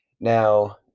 now